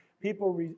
People